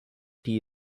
die